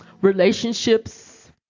relationships